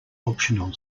optional